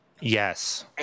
Yes